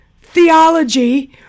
theology